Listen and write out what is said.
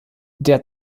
der